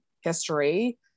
history